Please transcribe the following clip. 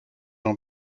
jean